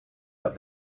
out